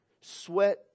sweat